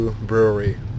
Brewery